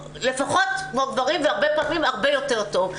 לפחות כמו גברים והרבה פעמים גם הרבה יותר טוב.